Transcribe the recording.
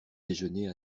déjeuner